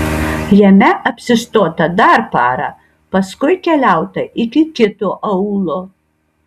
jame apsistota dar parą paskui keliauta iki kito aūlo